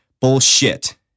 Bullshit